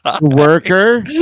Worker